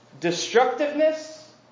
Destructiveness